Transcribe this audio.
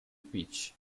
pitch